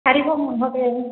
हरि ओं महोदये